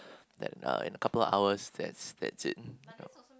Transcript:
that uh in a couple of hours that's that's it